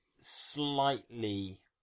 slightly